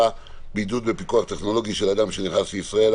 7) (בידוד בפיקוח טכנולוגי של אדם שנכנס לישראל),